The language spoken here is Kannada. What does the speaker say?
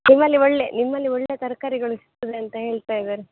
ನಿಮ್ಮಲ್ಲಿ ಒಳ್ಳೆ ನಿಮ್ಮಲ್ಲಿ ಒಳ್ಳೆ ತರಕಾರಿಗಳು ಸಿಗ್ತದೆ ಅಂತ ಹೇಳ್ತಾ ಇದಾರೆ